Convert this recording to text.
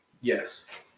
Yes